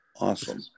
Awesome